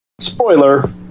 spoiler